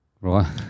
Right